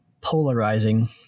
polarizing